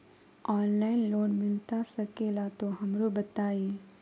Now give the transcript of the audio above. Online loan मिलता सके ला तो हमरो बताई?